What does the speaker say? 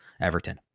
Everton